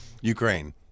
ukraine